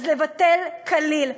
לבטל כליל.